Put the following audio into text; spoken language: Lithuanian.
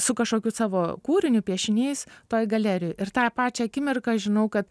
su kažkokiu savo kūriniu piešiniais toj galerijoj ir tą pačią akimirką aš žinau kad